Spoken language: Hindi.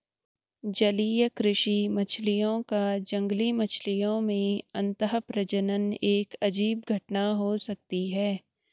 जलीय कृषि मछलियों का जंगली मछलियों में अंतःप्रजनन एक अजीब घटना हो सकती है